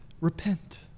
Repent